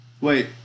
wait